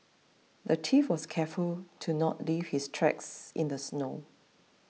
the thief was careful to not leave his tracks in the snow